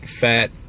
fat